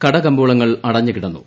കട കമ്പോളങ്ങൾ അടഞ്ഞു കിടന്നു